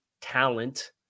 talent